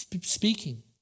speaking